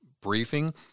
briefing